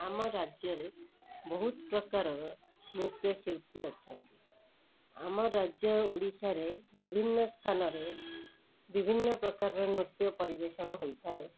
ଆମ ରାଜ୍ୟରେ ବହୁତ ପ୍ରକାରର ନୃତ୍ୟଶିଳ୍ପି ଅଛନ୍ତି ଆମ ରାଜ୍ୟ ଓଡ଼ିଶାରେ ବିଭିନ୍ନ ସ୍ଥାନରେ ବିଭିନ୍ନ ପ୍ରକାରର ନୃତ୍ୟ ପରିବେଷଣ ହୋଇଥାଏ